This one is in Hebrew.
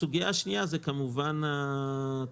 הסוגיה השנייה היא כמובן התזרים